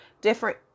different